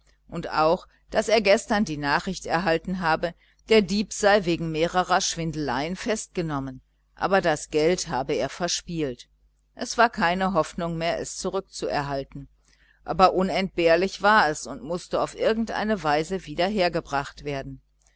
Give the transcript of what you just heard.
und auch daß er gestern die nachricht erhalten habe der dieb sei wegen mehrerer schwindeleien festgenommen aber das geld habe er verspielt es war keine hoffnung mehr es zurück zu erhalten aber unentbehrlich war es und mußte auf irgend eine weise wieder hereingebracht werden